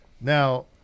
Now